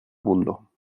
mundo